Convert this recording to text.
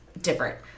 different